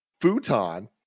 Futon